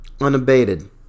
unabated